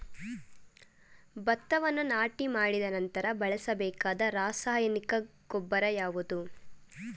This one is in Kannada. ಭತ್ತವನ್ನು ನಾಟಿ ಮಾಡಿದ ನಂತರ ಬಳಸಬೇಕಾದ ರಾಸಾಯನಿಕ ಗೊಬ್ಬರ ಯಾವುದು?